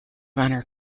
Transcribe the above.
runner